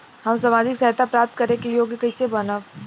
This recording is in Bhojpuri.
हम सामाजिक सहायता प्राप्त करे के योग्य कइसे बनब?